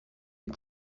die